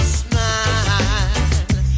smile